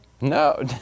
No